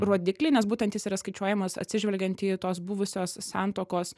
rodiklį nes būtent jis yra skaičiuojamas atsižvelgiant į tos buvusios santuokos